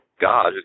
God